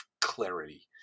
clarity